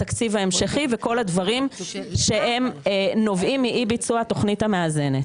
התקציב ההמשכי וכל הדברים שהם נובעים מאי-ביצוע התוכנית המאזנת.